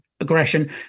aggression